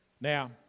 Now